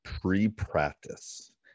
pre-practice